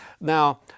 Now